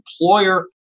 employer